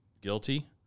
guilty